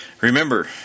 remember